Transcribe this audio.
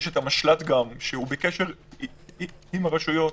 יש גם את המשל"ט שהוא בקשר עם הרשויות.